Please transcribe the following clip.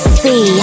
see